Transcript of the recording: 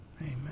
Amen